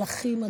של אחים,